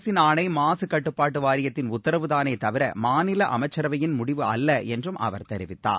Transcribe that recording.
அரசின் ஆணை மாசு கட்டுப்பாட்டு வாரியத்தின் உத்தரவு தானே தவிர மாநில அமைச்சரவையின் முடிவு அல்ல என்றும் அவர் தெரிவித்தார்